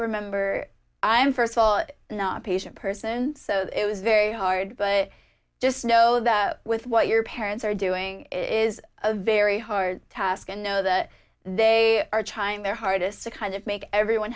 remember i'm first of all not patient person so it was very hard but just know that with what your parents are doing it is a very hard task and know that they are chyme their hardest to kind of make everyone